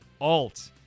Alt